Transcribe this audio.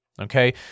okay